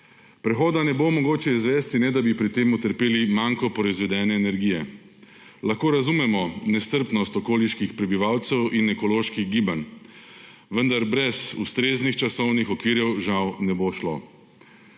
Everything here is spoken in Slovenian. Prehoda ne bo mogoče izvesti, ne da bi pri tem utrpeli manko proizvedene energije. Lahko razumemo nestrpnost okoliških prebivalcev in ekoloških gibanj, vendar brez ustreznih časovnih okvirjev žal ne bo šlo.